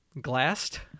Glassed